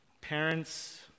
Parents